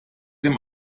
dem